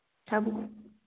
ꯁꯥꯕꯨꯛ